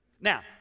Now